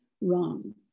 wrong